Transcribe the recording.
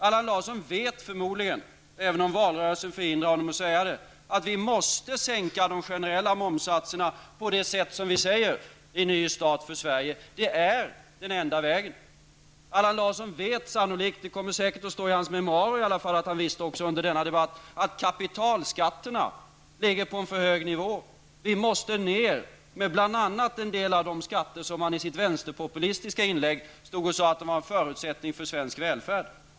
Allan Larsson vet förmodligen, även om valrörelsen förhindrar honom att säga det, att vi måste sänka de generella momssatserna på det sätt som vi säger i En ny start för Sverige. Det är den enda vägen. Allan Larsson vet sannolikt, det kommer säkert att stå i hans memoarer i alla fall att han visste det också under denna debatt, att kapitalskatterna ligger på en för hög nivå. Vi måste få ned bl.a. en del av de skatter som han i sitt vänsterpopulistiska inlägg stod och sade var en förutsättning för svensk välfärd.